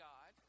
God